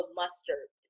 mustard